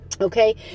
okay